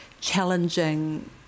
challenging